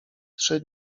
trzy